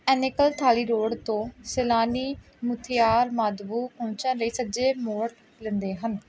Anekal Thali road ਤੋਂ ਸੈਲਾਨੀ ਮੁਥਿਯਾਲਾਮਾਦੁਵੁ ਪਹੁੰਚਣ ਲਈ ਸੱਜੇ ਮੋੜ ਲੈਂਦੇ ਹਨ